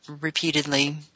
repeatedly